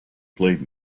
played